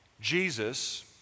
Jesus